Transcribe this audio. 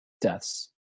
deaths